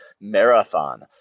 marathon